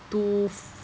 too f~